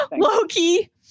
Loki